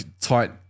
tight